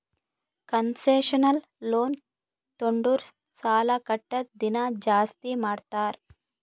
concessional loan ತೊಂಡುರ್ ಸಾಲಾ ಕಟ್ಟದ್ ದಿನಾ ಜಾಸ್ತಿ ಮಾಡ್ತಾರ್